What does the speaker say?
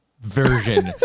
version